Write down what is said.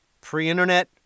Pre-internet